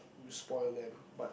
you spoil them but